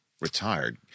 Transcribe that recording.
retired